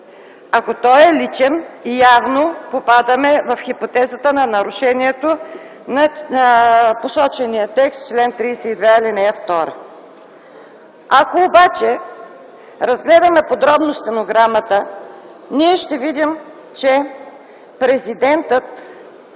Ако той е личен, явно попадаме в хипотезата на нарушението на посочения текст – чл. 32, ал. 2. Ако обаче разгледаме подробно стенограмата, ще видим, че президентът